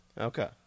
Okay